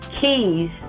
keys